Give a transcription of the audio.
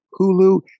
Hulu